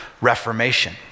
reformation